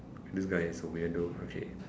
this guy is a weirdo okay